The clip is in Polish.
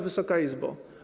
Wysoka Izbo!